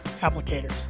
applicators